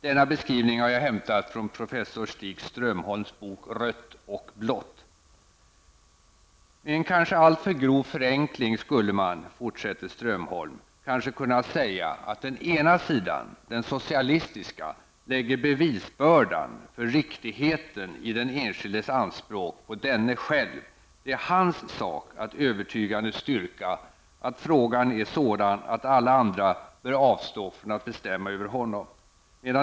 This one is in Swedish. Denna beskrivning har jag hämtat från professor Stig Strömholms bok Rött och blått. Med en kanske alltför grov förenkling skulle man, fortsätter Strömholm, kanske kunna säga att den ena sidan -- den socialistiska -- lägger bevisbördan för riktigheten i den enskildes anspråk på denne själv; det är hans sak att övertygande styrka att frågan är sådan att alla andra bör avstå från att bestämma över honom.